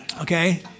Okay